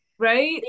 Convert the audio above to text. Right